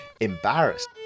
embarrassed